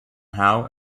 how